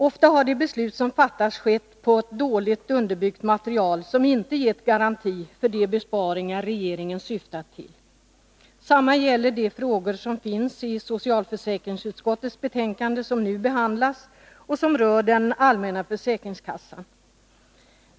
Ofta har besluten fattats på ett dåligt underbyggt material som inte gett garanti för de besparingar regeringen syftat till. Samma gäller de frågor som finns i socialförsäkringsutskottets betänkande som nu behandlas och som rör de allmänna försäkringskassorna.